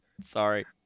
Sorry